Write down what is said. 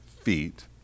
feet